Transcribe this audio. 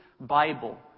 Bible